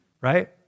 right